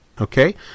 Okay